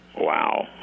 Wow